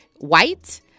white